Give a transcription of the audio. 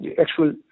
actual